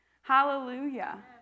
Hallelujah